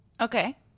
Okay